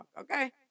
okay